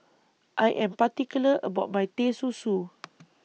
I Am particular about My Teh Susu